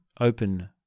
open